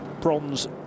bronze